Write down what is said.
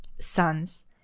Sons